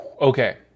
Okay